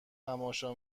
تماشا